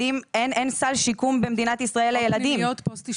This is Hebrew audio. אין סל שיקום במדינת ישראל לילדים.